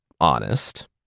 honest